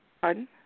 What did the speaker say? Pardon